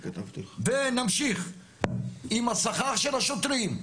ונמשיך עם השכר של השוטרים.